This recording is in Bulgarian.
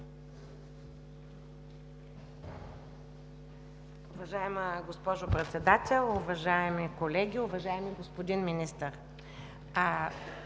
Уважаема госпожо Председател, уважаеми колеги, уважаеми господин Министър!